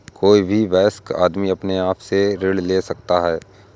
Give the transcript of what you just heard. कोई भी वयस्क आदमी अपने आप से ऋण ले सकता है